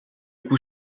cou